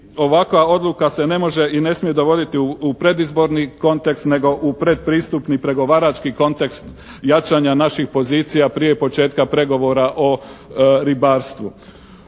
ovakva odluka se ne može i ne smije dovoditi u predizborni kontekst nego u pretpristupni pregovarački kontekst jačanja naših pozicija prije početka pregovora o ribarstvu.